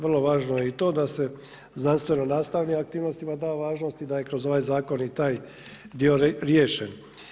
Vrlo važno je i to da se znanstveno-nastavnim aktivnostima da važnost i da je kroz ovaj zakon i taj dio riješen.